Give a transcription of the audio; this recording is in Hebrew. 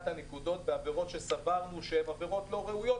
הנקודות בעבירות שסברנו שהן עבירות לא ראויות,